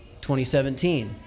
2017